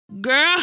Girl